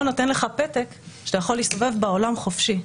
או שהוא נותן לך פתק שמאפשר לך להסתובב בעולם חופשי.